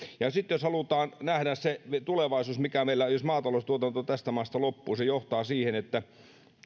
ja sitten jos halutaan nähdä se tulevaisuus mikä meillä on jos maataloustuotanto tästä maasta loppuu se johtaa siihen että